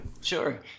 Sure